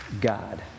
God